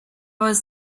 was